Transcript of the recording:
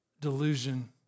delusion